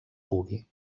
pugui